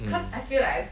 mm